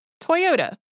Toyota